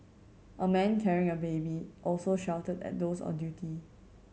a man carrying a baby also shouted at those on duty